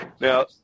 Now